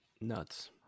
Nuts